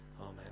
Amen